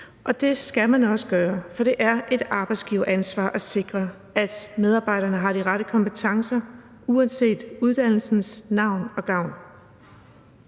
og det skal man også gøre, for det er et arbejdsgiveransvar at sikre, at medarbejderne har de rette kompetencer uanset uddannelsens navn og gavn.